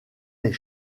les